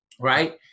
Right